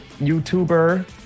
YouTuber